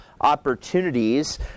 opportunities